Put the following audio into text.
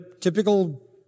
typical